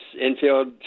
infield